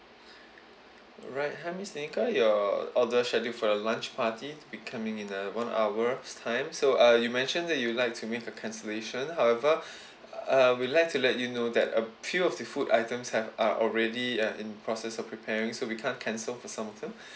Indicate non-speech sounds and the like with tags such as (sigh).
right hi miss nika your order scheduled for a lunch party to be coming in uh one hour's time so uh you mentioned that you'd like to meet the cancellation however (breath) uh we'd like to let you know that a few of the food items have uh already uh in the process of preparing so we can't cancel for some of them (breath)